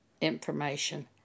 information